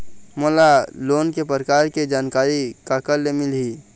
मोला लोन के प्रकार के जानकारी काकर ले मिल ही?